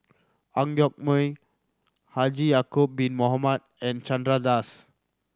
Ang Yoke Mooi Haji Ya'acob Bin Mohamed and Chandra Das